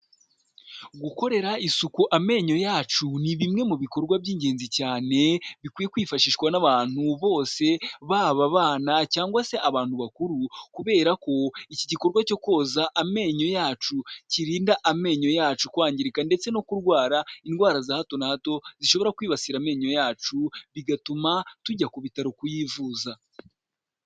Gukorera isuku amenyo yacu, ni bimwe mu bikorwa by'ingenzi cyane, bikwiye kwifashishwa n'abantu bose, baba abana cyangwa se abantu bakuru kubera ko iki gikorwa cyo koza amenyo yacu, kirinda amenyo yacu kwangirika ndetse no kurwara indwara za hato na hato, zishobora kwibasira amenyo yacu, bigatuma tujya ku bitaro kuyivuza.